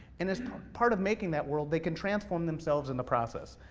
and as part of making that world, they can transform themselves in the process.